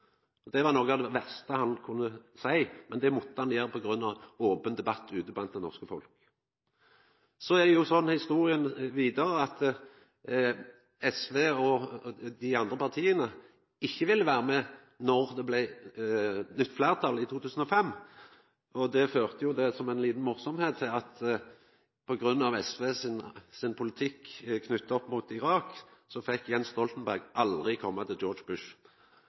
Det var noko av det verste han kunne seia, men det måtte han gjera på grunn av ein open debatt ute blant det norske folk. Så er historia vidare at SV og dei andre partia ikkje ville vera med då det blei nytt fleirtal i 2005. Det førte til – som eit løye – at på grunn av SV sin politikk knytt opp mot Irak, fekk Jens Stoltenberg aldri koma til